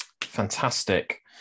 Fantastic